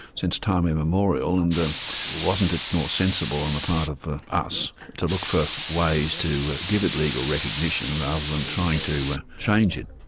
since time immemorial, and wasn't it more sensible on the part of ah us to look for ways to give it legal recognition rather than trying to change it.